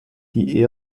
die